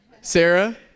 Sarah